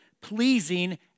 pleasing